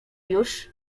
już